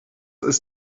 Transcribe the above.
ist